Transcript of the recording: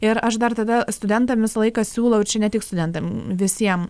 ir aš dar tada studentam visą laiką siūlau čia ne tik studentam visiem